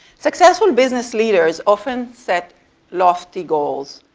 successful business leaders often set lofty goals,